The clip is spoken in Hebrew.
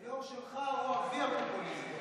היו"ר שלך הוא אבי הפופוליזם.